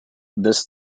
this